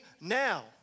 now